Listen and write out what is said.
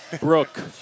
Brooke